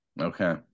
Okay